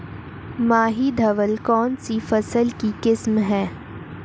माही धवल कौनसी फसल की किस्म है?